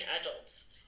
adults